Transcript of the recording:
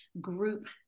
group